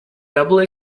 double